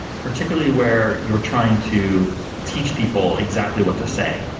particularly where you're trying to teach people exactly what to say.